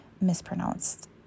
mispronounced